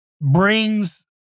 brings